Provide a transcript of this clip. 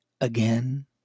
again